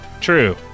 True